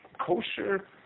Kosher